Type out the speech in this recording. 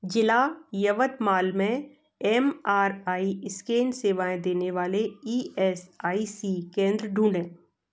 ज़िला यवतमाल में M R I scan सेवाएँ देने वाले ई एस आई सी केंद्र ढूँढें